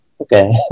okay